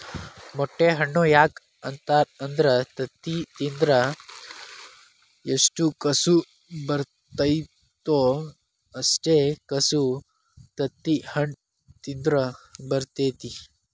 ಮೊಟ್ಟೆ ಹಣ್ಣು ಯಾಕ ಅಂತಾರ ಅಂದ್ರ ತತ್ತಿ ತಿಂದ್ರ ಎಷ್ಟು ಕಸು ಬರ್ತೈತೋ ಅಷ್ಟೇ ಕಸು ತತ್ತಿಹಣ್ಣ ತಿಂದ್ರ ಬರ್ತೈತಿ